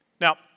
Now